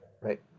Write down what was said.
right